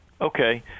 Okay